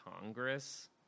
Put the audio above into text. Congress